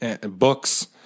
books